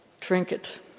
trinket